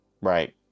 right